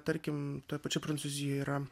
tarkim tuoj pačioj prancūzijoj yra